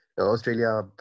Australia